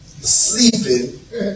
sleeping